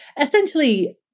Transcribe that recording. Essentially